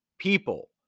People